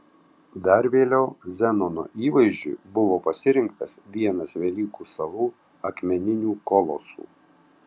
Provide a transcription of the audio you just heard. dar vėliau zenono įvaizdžiui buvo pasirinktas vienas velykų salų akmeninių kolosų